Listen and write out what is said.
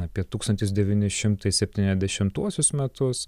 apie tūkstantis devyni šimtai septyniasdešimtuosius metus